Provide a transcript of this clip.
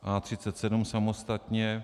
A37 samostatně.